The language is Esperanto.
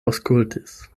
aŭskultis